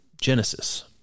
Genesis